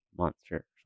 monster